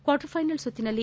quarterfinal ಸುತ್ತಿನಲ್ಲಿ